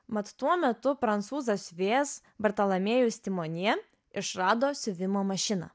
mat tuo metu prancūzas vės bartalamėjus timonie išrado siuvimo mašiną